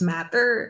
Matter